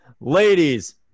ladies